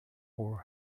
for